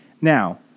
Now